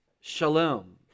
shalom